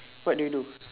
what do you do